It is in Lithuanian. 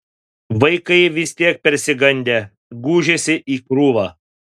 vaikai vis tiek persigandę gūžėsi į krūvą